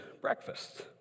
breakfast